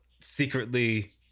secretly